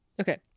okay